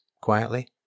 quietly